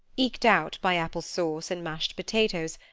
eked out by apple-sauce and mashed potatoes,